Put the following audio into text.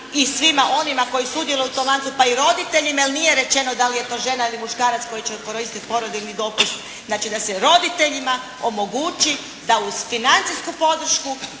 i svima onima koji sudjeluju … pa i roditeljima, jer nije rečeno da li je to žena ili muškarac koji će koristiti porodiljni dopust, znači da se roditeljima omogući da uz financijsku podršku